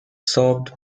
served